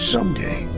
Someday